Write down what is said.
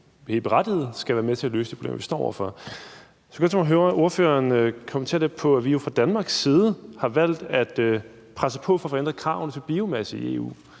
som helt berettiget skal være med til at løse de problemer, vi står over for. Så kunne jeg godt tænke mig at høre ordføreren kommentere lidt på, at vi fra Danmarks side har valgt at presse på for at få ændret kravene til biomasse i EU,